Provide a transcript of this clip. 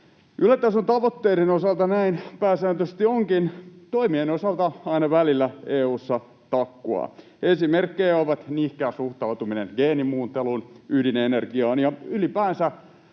Ylätason tavoitteiden osalta näin pääsääntöisesti onkin, toimien osalta aina välillä EU:ssa takkuaa. Esimerkkejä ovat nihkeä suhtautuminen geenimuunteluun ja ydinenergiaan ja ylipäänsä